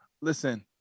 Listen